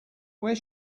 where